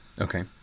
Okay